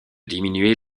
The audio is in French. diminuer